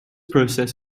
process